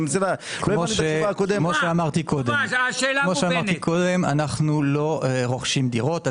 כפי שאמרתי, אנו לא רוכשים דירות.